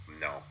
no